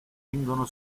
vengono